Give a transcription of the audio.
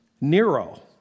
Nero